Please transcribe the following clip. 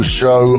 show